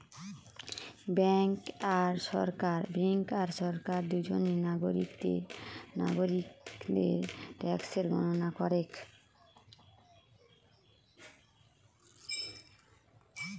bank আর সরকার দুজনেই নাগরিকদের ট্যাক্সের গণনা করেক